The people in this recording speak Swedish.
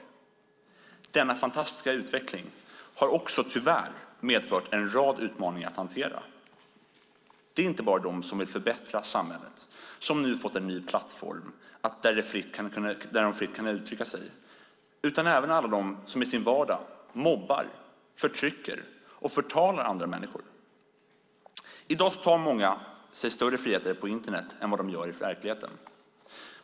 Samtidigt har denna fantastiska utveckling medfört en rad utmaningar som vi behöver hantera. Det är inte bara de som vill förbättra samhället som fått en ny plattform där de fritt kan uttrycka sig utan även alla de som i sin vardag mobbar, förtrycker och förtalar andra människor. I dag tar sig många större friheter på Internet än de gör i verkligheten.